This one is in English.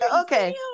Okay